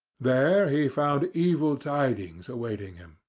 there he found evil tidings awaiting him.